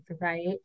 right